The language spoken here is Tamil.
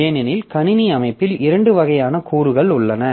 ஏனெனில் கணினி அமைப்பில் இரண்டு வகையான கூறுகள் உள்ளன